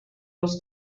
was